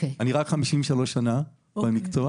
אני רק 53 שנה במקצוע,